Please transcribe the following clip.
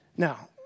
Now